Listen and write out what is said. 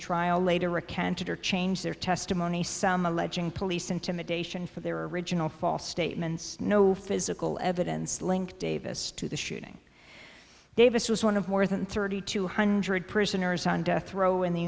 trial later recanted or changed their testimony some alleging police intimidation for their original false statements no physical evidence linked davis to the shooting davis was one of more than thirty two hundred prisoners on death row in the